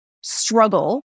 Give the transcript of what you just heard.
struggle